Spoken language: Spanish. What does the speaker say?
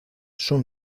son